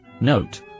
Note